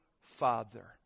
Father